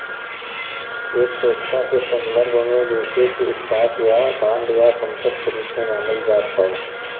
एक सुरक्षा के संदर्भ में जइसे कि स्टॉक या बांड या समकक्ष रूप में मानल जात हौ